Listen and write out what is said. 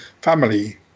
family